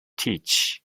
teach